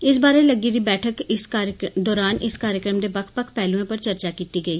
इस बारै च लग्गी दी बैठक दौरान इस कार्यक्रम दे बक्ख बक्ख पैहलूएं पर चर्चा कीती गेई